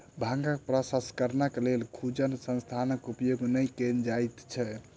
भांगक प्रसंस्करणक लेल खुजल स्थानक उपयोग नै कयल जाइत छै